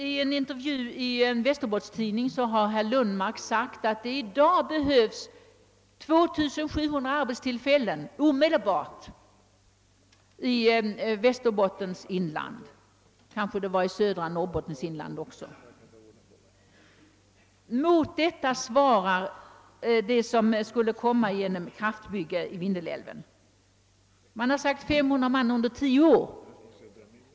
I en intervju i en västerbottenstidning har herr Lundmark sagt, att det i dag omedelbart behövs 2 700 arbetstillfällen i Västerbottens inland — det kanske även innefattade södra Norrbottens inland. Med denna siffra skall man alltså jämföra de arbetstillfällen som kan skapas genom ett kraftverksbygge i Vindelälven. Det har sagts, att detta krafiverksbygge skulle kunna sysselsätta 300 man under tio år.